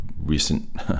recent